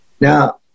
Now